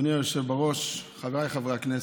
אדוני היושב בראש, חבריי חברי הכנסת,